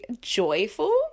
joyful